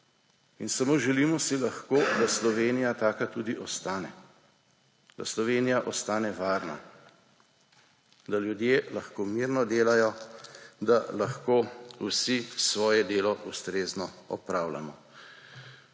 In samo želimo si lahko, da Slovenija taka tudi ostane, da Slovenija ostane varna, da ljudje lahko mirno delajo, da lahko vsi svoje delo ustrezno opravljamo.